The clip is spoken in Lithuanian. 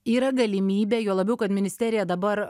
yra galimybė juo labiau kad ministerija dabar